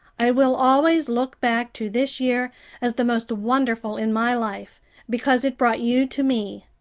i will always look back to this year as the most wonderful in my life because it brought you to me.